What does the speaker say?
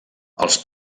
els